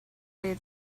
day